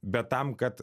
bet tam kad